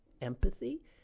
empathy